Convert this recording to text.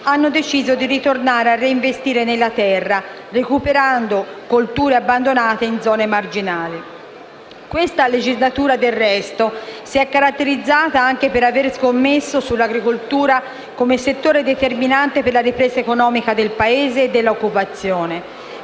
hanno deciso di ritornare a reinvestire nella terra, recuperando colture abbandonate in zone marginali. La presente legislatura, del resto, si è caratterizzata anche per avere scommesso sull'agricoltura come settore determinante per la ripresa economica del Paese e dell'occupazione.